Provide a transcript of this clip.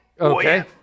okay